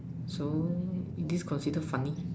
so this considered funny